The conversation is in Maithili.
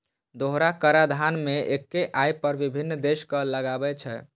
दोहरा कराधान मे एक्के आय पर विभिन्न देश कर लगाबै छै